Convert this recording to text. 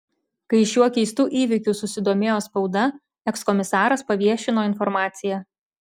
kai šiuo keistu įvykiu susidomėjo spauda ekskomisaras paviešino informaciją